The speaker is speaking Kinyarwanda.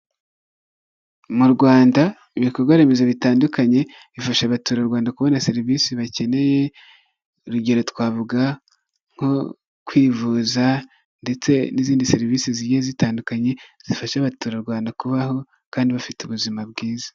Mu Rwanda ibikorwa remezo bitandukanye bifasha abaturarwanda kubona serivisi bakeneye, urugero twavuga nko kwivuza ndetse n'izindi serivise zigiye zitandukanye zifasha abaturarwanda kubaho kandi bafite ubuzima bwiza.